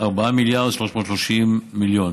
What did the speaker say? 4 מיליארד ו-330 מיליון.